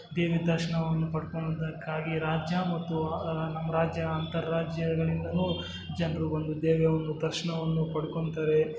ದೇವಿ ದರ್ಶನವನ್ನು ಪಡ್ಕೊಳೋದಕ್ಕಾಗಿ ರಾಜ್ಯ ಮತ್ತು ನಮ್ಮ ರಾಜ್ಯ ಅಂತಾರಾಜ್ಯಗಳಿಂದಲೂ ಜನರು ಬಂದು ದೇವಿಯ ಒಂದು ದರ್ಶನವನ್ನು ಪಡ್ಕೊತಾರೇ